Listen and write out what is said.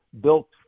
built